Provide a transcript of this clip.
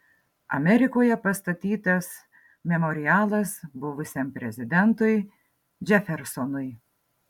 amerikoje pastatytas memorialas buvusiam prezidentui džefersonui